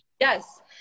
Yes